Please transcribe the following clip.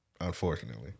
Unfortunately